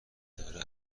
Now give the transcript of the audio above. داره